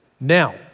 Now